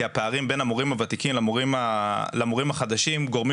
כי הפערים בין המורים הוותיקים למורים החדשים גורמים